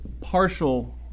partial